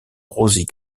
rosie